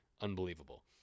Unbelievable